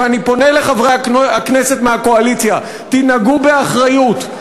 ואני פונה לחברי הכנסת מהקואליציה: תנהגו באחריות.